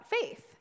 faith